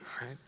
right